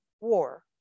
war